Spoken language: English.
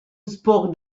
spoke